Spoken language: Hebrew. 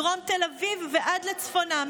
מדרום תל אביב עד לצפונה,